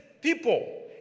People